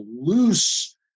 loose